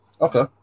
Okay